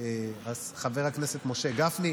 בפועל חבר הכנסת משה גפני,